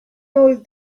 know